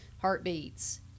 heartbeats